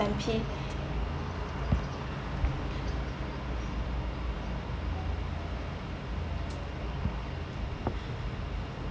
~N_P